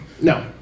No